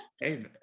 Hey